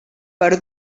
per